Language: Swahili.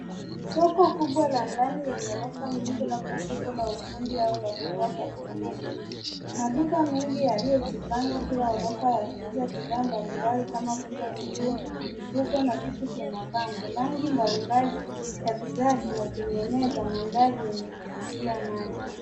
Soko kubwa la ndani lenye orofa nyingi labda soko la ufundi au la bidhaa za kitamanduni. Maduka mengi yaliyojipanga kila orofa yakiuza bidhaa mbalimbali kama vile nguo, mifuko na vitu vya mapambo. Rangi mbalimbali za bidhaa zinatengeneza mandhari yenye kuvutia macho.